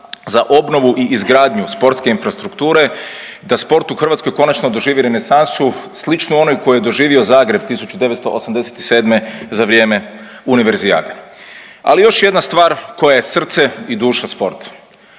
za obnovu i izgradnju sportske infrastrukture da sport u Hrvatskoj konačno doživi renesansu sličnu onoj koju je doživio Zagreb 1987. za vrijeme Univerzijade. Ali još jedna stvar koja je srce i duša sporta,